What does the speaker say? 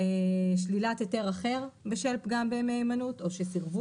שלילת היתר אחר בשל פגם במהימנות או שסירבו